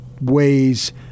ways